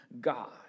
God